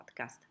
Podcast